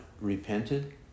repented